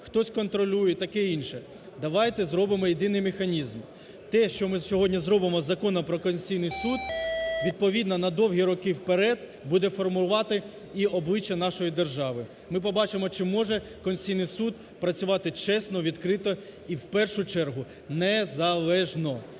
хтось контролює і таке інше. Давайте зробимо єдиний механізм. Те, що ми сьогодні зробимо із Закону "Про Конституційний Суд" відповідно на довгі роки вперед буде формувати і обличчя нашої держави. Ми побачимо чи може Конституційний Суд працювати чесно, відкрито і в першу чергу незалежно.